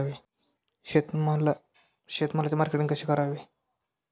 शेतमालाचे मार्केटिंग कसे करावे?